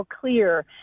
clear